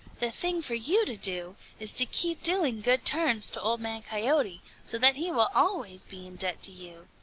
the thing for you to do is to keep doing good turns to old man coyote so that he will always be in debt to you.